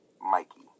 Mikey